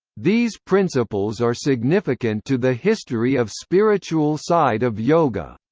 these principles are significant to the history of spiritual side of yoga.